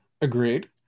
agreed